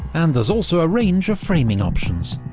and there's also a range of framing options.